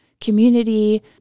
community